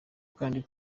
kandi